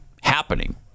happening